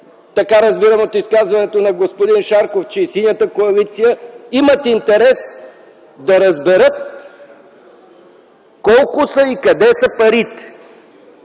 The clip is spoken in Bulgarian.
разбирам от изказването на господин Шарков, че и Синята коалиция имат интерес да разберат колко са и къде са парите.